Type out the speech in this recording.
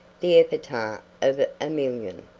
the epitaph of a million.